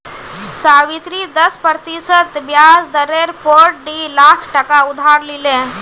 सावित्री दस प्रतिशत ब्याज दरेर पोर डी लाख टका उधार लिले